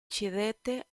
cedette